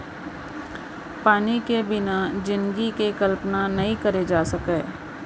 पानी के बिना जिनगी के कल्पना नइ करे जा सकय